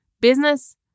business